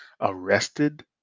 Arrested